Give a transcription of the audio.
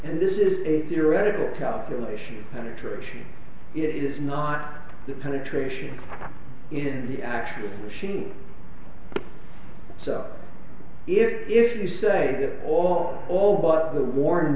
and this is a theoretical calculation penetration it is not the penetration in the actual machine so if you say that all all but the war